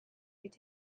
could